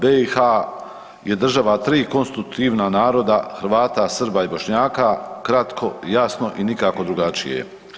BiH je država tri konstitutivna naroda, Hrvata, Srba i Bošnjaka, kratko, jasno i nekako drugačije.